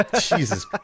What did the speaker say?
Jesus